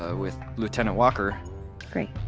ah with lieutenant walker great.